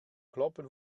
kloppen